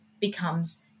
becomes